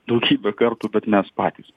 daugybę kartų bet mes patys